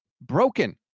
broken